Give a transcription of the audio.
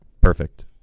perfect